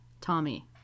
Tommy